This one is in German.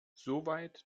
soweit